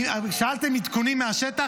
שאלתם על עדכונים מהשטח,